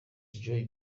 joy